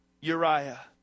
Uriah